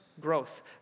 growth